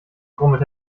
grummelt